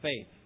faith